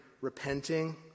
repenting